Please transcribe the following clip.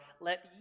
let